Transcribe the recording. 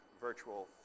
virtual